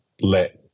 let